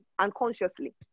unconsciously